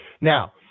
Now